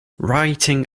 writing